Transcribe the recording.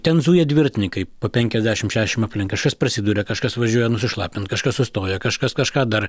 ten zuja dviratininkai po penkiasdešim šešiasdešim aplink kažkas prasiduria kažkas važiuoja nusišlapint kažkas sustoja kažkas kažką dar